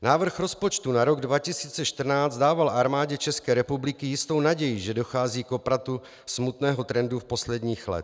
Návrh rozpočtu na rok 2014 dával Armádě České republiky jistou naději, že dochází k obratu smutného trendu posledních let.